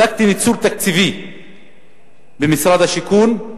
בדקתי ניצול תקציבי במשרד השיכון,